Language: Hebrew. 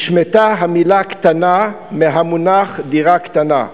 נשמטה המלה "קטנה", מהמונח "דירה קטנה"